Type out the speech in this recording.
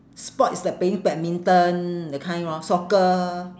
sport is like playing badminton that kind lor soccer